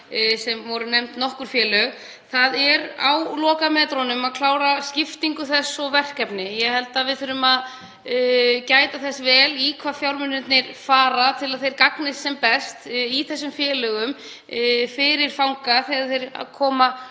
voru til nokkurra félaga. Það er á lokametrunum að klára skiptingu framlagsins og verkefni. Ég held að við þurfum að gæta þess vel í hvað fjármunirnir fara til að þeir gagnist sem best þessum félögum fyrir fanga þegar þeir koma